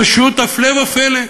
פשוט הפלא ופלא.